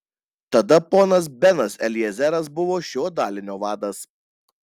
tada ponas benas eliezeras buvo šio dalinio vadas